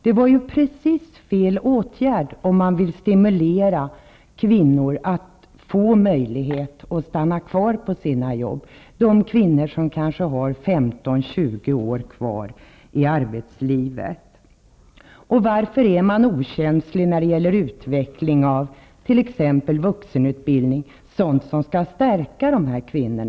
Det var ju precis fel åtgärd, om man vill stimulera kvinnor och vill låta dem få möjlighet att stanna kvar på sina jobb. Det är kvinnor som kan ske har 15--20 år kvar i arbetslivet. Och varför är man okänslig när det gäller exempelvis utvecklingen av vuxenutbildningen, sådant som skall stärka dessa kvinnor?